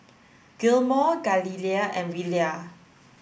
Gilmore Galilea and Willa